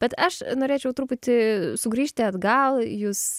bet aš norėčiau truputį sugrįžti atgal jus